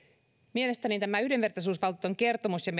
mielestäni tämä yhdenvertaisuusvaltuutetun kertomus ja